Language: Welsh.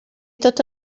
dod